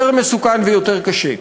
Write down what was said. יותר מסוכן ויותר קשה.